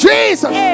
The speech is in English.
Jesus